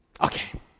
okay